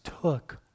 took